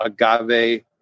agave